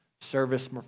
service